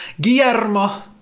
Guillermo